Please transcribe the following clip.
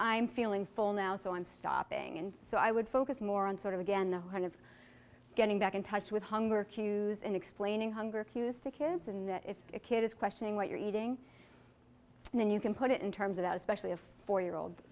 feeling full now so i'm stopping and so i would focus more on sort of again the one of getting back in touch with hunger cues and explaining hunger cues to kids and that if a kid is questioning what you're eating and then you can put it in terms of that especially a four year old